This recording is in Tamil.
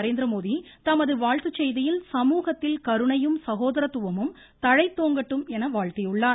நரேந்திரமோதி தமது வாழ்த்து செய்தியில் சமூகத்தில் கருணையும் சகோதரத்துவமும் தழைத்தோங்கட்டும் என வாழ்த்தியுள்ளார்